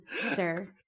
sir